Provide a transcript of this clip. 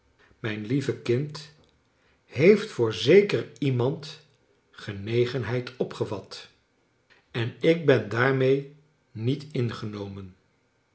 mijn lieve kind heeft voor zeker iemand genegenheid opgevat en ik ben daarmee niet ingenomen